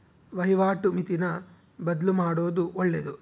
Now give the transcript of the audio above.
ವಹಿವಾಟು ಮಿತಿನ ಬದ್ಲುಮಾಡೊದು ಒಳ್ಳೆದು